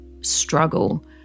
struggle